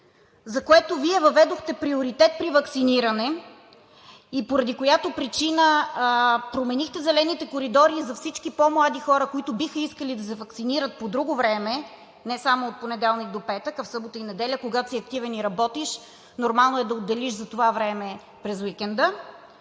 за което Вие въведохте приоритет при ваксиниране и поради която причина променихте „зелените коридори“ за всички по-млади хора, които биха искали да се ваксинират по друго време, не само от понеделник до петък, а в събота и неделя – когато си активен и работиш, нормално е да отделиш за това време през уикенда,